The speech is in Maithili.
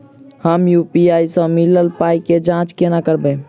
हम यु.पी.आई सअ मिलल पाई केँ जाँच केना करबै?